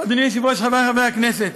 אדוני היושב-ראש, חברי חברי הכנסת,